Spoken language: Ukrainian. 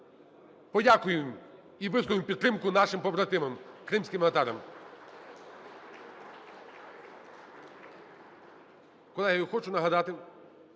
Подякуємо і висловимо підтримку нашим побратимам – кримським татарам.